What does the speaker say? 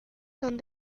son